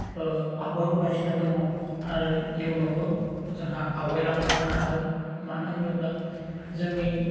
आवगायबोगासिनो दङ आरो इयुनावबो जोंहा आवगायलांबाय थानो हागोन मानो होनोब्ला जोंनि